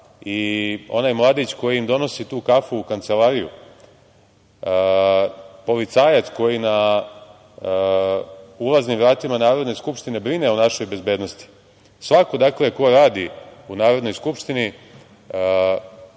i onaj mladić koji im donosi tu kafu u kancelariju, policajac koji na ulaznim vratima Narodne skupštine brine o našoj bezbednosti, svako ko radi u Narodnoj skupštini